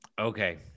Okay